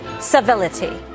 civility